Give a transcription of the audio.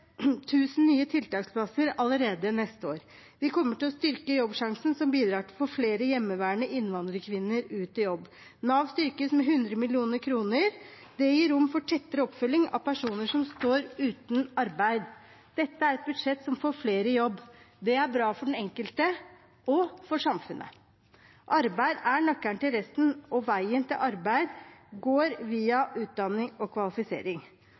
nye tiltaksplasser allerede neste år. Vi kommer til å styrke Jobbsjansen, som bidrar til å få flere hjemmeværende innvandrerkvinner ut i jobb. Nav styrkes med 100 mill. kr – det gir rom for tettere oppfølging av personer som står uten arbeid. Dette er et budsjett som får flere i jobb. Det er bra for den enkelte og for samfunnet. Arbeid er nøkkelen til resten, og veien til arbeid går via utdanning og kvalifisering.